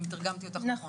אם תרגמתי אותך נכון.